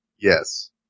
Yes